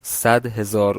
صدهزار